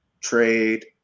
trade